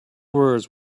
words